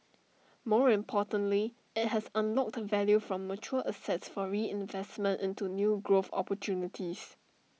more importantly IT has unlocked value from mature assets for reinvestment into new growth opportunities